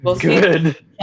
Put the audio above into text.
Good